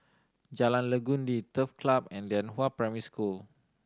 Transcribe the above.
Jalan Legundi Turf Club and Lianhua Primary School